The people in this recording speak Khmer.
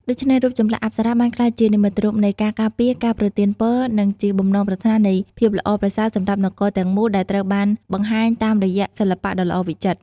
ដូច្នេះ រូបចម្លាក់អប្សរាបានក្លាយជានិមិត្តរូបនៃការការពារ ការប្រទានពរ និងជាបំណងប្រាថ្នានៃភាពល្អប្រសើរសម្រាប់នគរទាំងមូល ដែលត្រូវបានបង្ហាញតាមរយៈសិល្បៈដ៏ល្អវិចិត្រ។